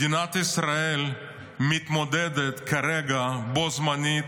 מדינת ישראל מתמודדת כרגע בו-זמנית